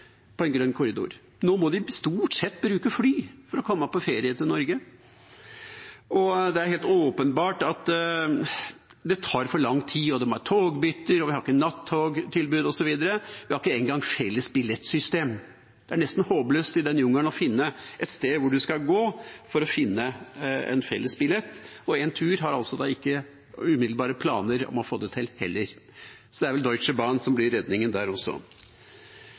en grønn korridor. Nå må de stort sett bruke fly for å komme på ferie til Norge. Det er helt åpenbart at det tar for lang tid. Det er togbytter, og vi har ikke nattogtilbud osv. Vi har ikke engang et felles billettsystem. Det er nesten håpløst i den jungelen å finne et sted hvor man kan gå for å finne en felles billett. Entur har ikke umiddelbare planer om å få det til heller, så det er vel Deutsche Bahn som blir redningen der også.